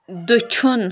دٔچھُن